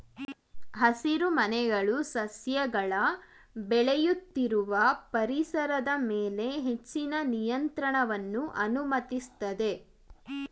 ಹಸಿರುಮನೆಗಳು ಸಸ್ಯಗಳ ಬೆಳೆಯುತ್ತಿರುವ ಪರಿಸರದ ಮೇಲೆ ಹೆಚ್ಚಿನ ನಿಯಂತ್ರಣವನ್ನು ಅನುಮತಿಸ್ತದೆ